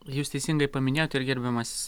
jūs teisingai paminėjot ir gerbiamas